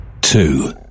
Two